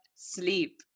sleep